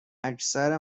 اکثر